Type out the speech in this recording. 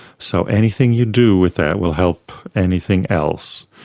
so anything you do with that will help anything else.